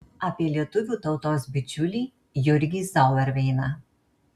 apie lietuvių tautos bičiulį jurgį zauerveiną